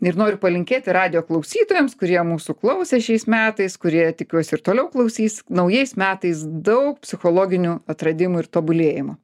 ir noriu palinkėti radijo klausytojams kurie mūsų klausė šiais metais kurie tikiuos ir toliau klausys naujais metais daug psichologinių atradimų ir tobulėjimų